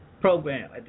program